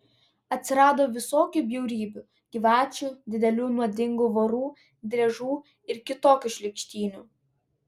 atsirado visokių bjaurybių gyvačių didelių nuodingų vorų driežų ir kitokių šlykštynių